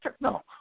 No